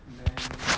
then